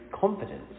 confidence